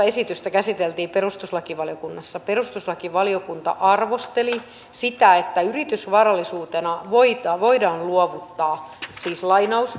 esitystä viiteenkymmeneenkolmeen käsiteltiin perustuslakivaliokunnassa perustuslakivaliokunta arvosteli sitä että yritysvarallisuutena voidaan luovuttaa